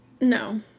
no